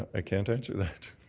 i can't answer that.